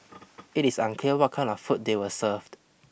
it is unclear what kind of food they were served